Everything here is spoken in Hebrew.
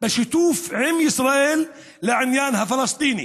של השיתוף עם ישראל בעניין הפלסטיני.